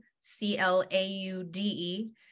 C-L-A-U-D-E